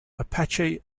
apache